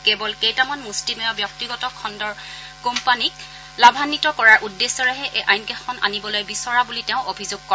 কেৱল কেইটামান মুষ্টিমেয় ব্যক্তিগত খণ্ডৰ কোম্পানীক লাভান্নিত কৰাৰ উদ্দেশ্যৰেহে এই আই কেইখন আনিবলৈ বিচৰা বুলি তেওঁ অভিযোগ কৰে